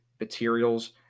materials